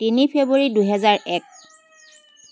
তিনি ফেব্ৰুৱাৰী দুহেজাৰ এক